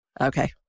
Okay